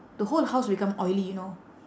the whole house become oily you know